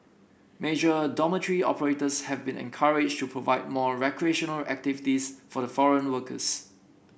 major dormitory operators have been encouraged to provide more recreational activities for the foreign workers